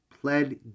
pled